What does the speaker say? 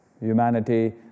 humanity